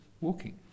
walking